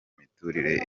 imiturire